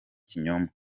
kinyoma